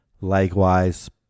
likewise